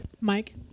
Mike